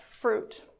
fruit